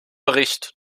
bericht